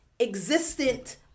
existent